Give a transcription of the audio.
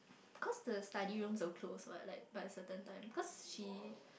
cause the study will close what like but certain time cause she